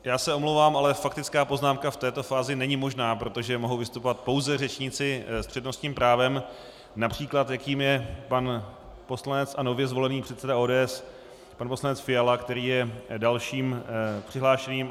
Já se omlouvám, ale faktická poznámka v této fázi není možná, protože mohou vystupovat pouze řečníci s přednostním právem, jakým je například pan poslanec a nově zvolený předseda ODS pan poslanec Fiala, který je dalším přihlášeným.